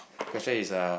question is uh